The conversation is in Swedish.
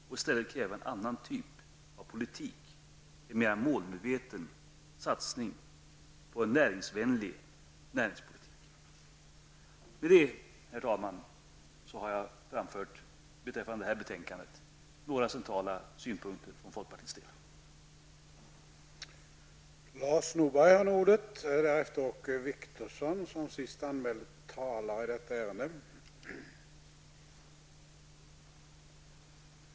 I stället kräver vi en annan typ av näringspolitik som innebär en mer målmedveten satsning på en näringsvänlig politik. Herr talman! Med det anförda har jag för folkpartiets del framfört några centrala synpunkter på det som behandlas i det här betänkandet.